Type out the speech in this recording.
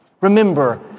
Remember